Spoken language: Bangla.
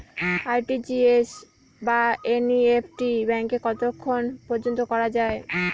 আর.টি.জি.এস বা এন.ই.এফ.টি ব্যাংকে কতক্ষণ পর্যন্ত করা যায়?